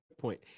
point